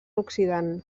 oxidant